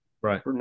right